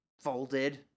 folded